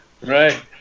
Right